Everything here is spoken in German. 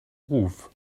ruf